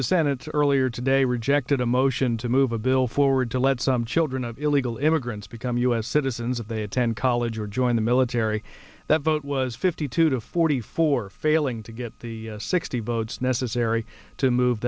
the senate earlier today rejected a motion to move a bill forward to let some children of illegal immigrants become u s citizens of they attend college or join the military that vote was fifty two to forty four failing to get the sixty votes necessary to move